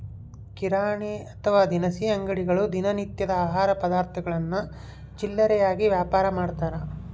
ಕಿರಾಣಿ ಅಥವಾ ದಿನಸಿ ಅಂಗಡಿಗಳು ದಿನ ನಿತ್ಯದ ಆಹಾರ ಪದಾರ್ಥಗುಳ್ನ ಚಿಲ್ಲರೆಯಾಗಿ ವ್ಯಾಪಾರಮಾಡ್ತಾರ